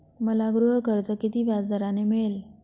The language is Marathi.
मला गृहकर्ज किती व्याजदराने मिळेल?